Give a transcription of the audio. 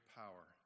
power